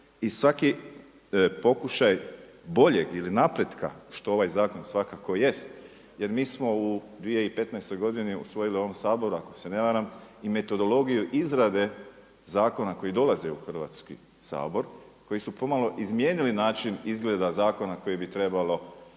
i svaki pokušaj boljeg ili napretka što ovaj zakon svakako jest, jer mi smo u 2015. godini usvojili u ovom Saboru ako se ne varam i metodologiju izrade zakona koji dolaze u Hrvatski sabor, koji su pomalo izmijenili način izgleda zakona koje bi trebalo,